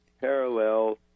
parallel